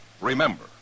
remember